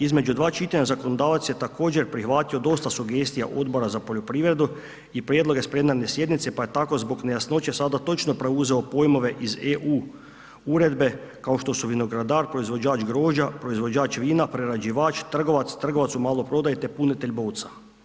Između dva čitanja zakonodavac je također prihvatio dosta sugestija Odbora za poljoprivredu, i prijedloge s plenarne sjednice, pa je tako zbog nejasnoća sada točno preuzeo pojmove iz EU uredbe kao što su vinogradar, proizvođač grožđa, proizvođač vina, prerađivač, trgovac, trgovac u maloprodaji te punitelj boca.